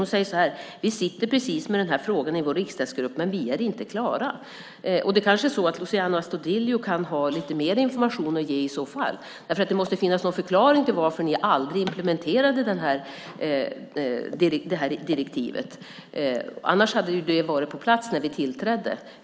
Hon säger så här: Vi sitter precis med den här frågan i vår riksdagsgrupp, men vi är inte klara. Kanske Luciano Astudillo har lite mer information att ge i så fall? Det måste ju finnas någon förklaring till att ni aldrig implementerade detta direktiv. Annars hade det ju varit på plats när vi tillträdde.